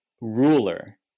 ruler